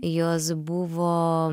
jos buvo